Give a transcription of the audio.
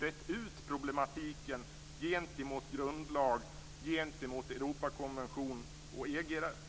rett ut problematiken gentemot grundlag, Europakonvention och EG-rätt.